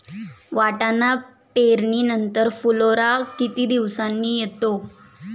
वाटाणा पेरणी नंतर फुलोरा किती दिवसांनी येतो?